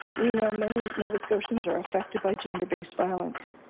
we know many nova scotians are affected by gender-based violence.